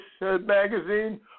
Magazine